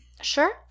sure